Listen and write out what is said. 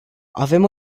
avem